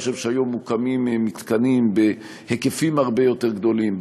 אני חושב שהיום מוקמים מתקנים בהיקפים הרבה יותר גדולים,